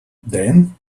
then